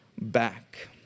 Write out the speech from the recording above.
back